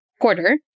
quarter